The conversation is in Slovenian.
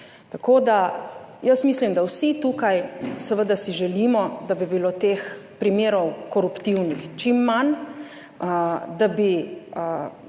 Tako da jaz mislim, da vsi tukaj seveda si želimo, da bi bilo teh primerov koruptivnih čim manj, da bi